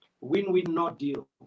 win-win-not-deal